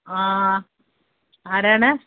ആരാണ്